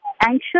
anxious